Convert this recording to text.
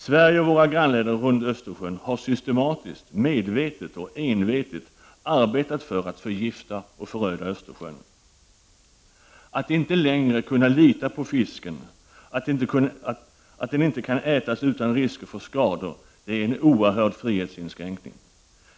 Sverige och dess grannländer runt Östersjön har systematiskt, medvetet och envetet arbetat för att förgifta och föröda Östersjön. Att inte längre kunna lita på fisken, att den inte kan ätas utan risk för skador, är en oerhörd frihetsinskränkning.